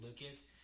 Lucas